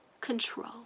control